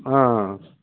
ఆ